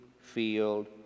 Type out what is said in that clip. field